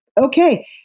okay